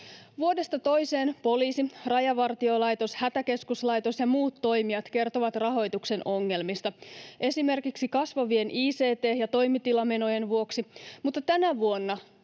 Vuodesta toiseen poliisi, Rajavartiolaitos, Hätäkeskuslaitos ja muut toimijat kertovat rahoituksen ongelmista esimerkiksi kasvavien ict- ja toimitilamenojen vuoksi, mutta tänä vuonna